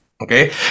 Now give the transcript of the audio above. okay